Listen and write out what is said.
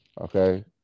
Okay